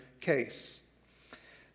case